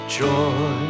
joy